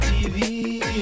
TV